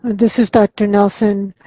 this is dr. nelson.